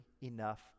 enough